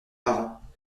parents